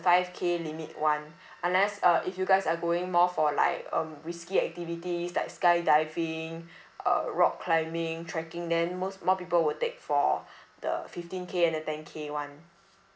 five K limit [one] unless uh if you guys are going more for like um risky activities like skydiving uh rock climbing trekking then most more people will take for the fifteen K and the ten K [one]